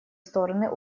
стороны